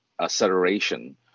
acceleration